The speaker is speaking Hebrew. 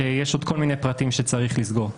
יש עוד כל מיני פרטים שצריך לסגור.